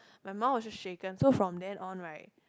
my mum was just shaken so from then on right